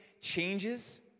changes